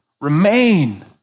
remain